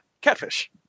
Catfish